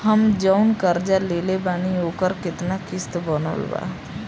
हम जऊन कर्जा लेले बानी ओकर केतना किश्त बनल बा?